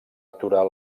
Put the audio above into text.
aturar